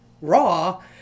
raw